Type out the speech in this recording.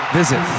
visit